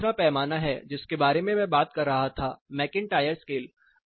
यह तीसरा पैमाना है जिसके बारे में मैं बात कर रहा था मैकइंटायर स्केल